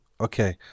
Okay